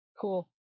cool